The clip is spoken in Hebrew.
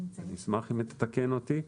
אשמח אם היא תתקן אותי.